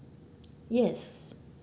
yes